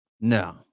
No